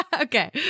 Okay